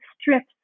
strips